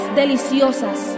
deliciosas